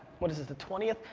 what is this, the twentieth,